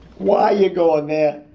why you're going there,